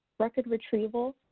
record retrieval,